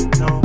no